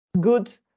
good